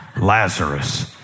Lazarus